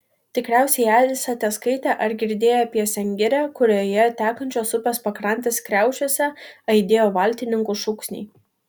tikriausiai esate skaitę ar girdėję apie sengirę kurioje tekančios upės pakrantės kriaušiuose aidėjo valtininkų šūksniai